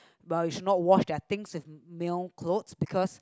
but we should not wash their things in male clothes because